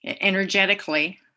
energetically